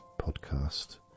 podcast